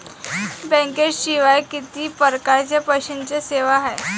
बँकेशिवाय किती परकारच्या पैशांच्या सेवा हाय?